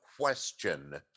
question